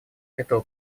этого